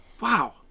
Wow